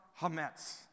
HaMetz